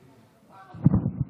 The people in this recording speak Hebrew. נכבדה, טוב,